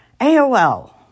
AOL